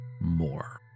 more